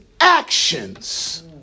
actions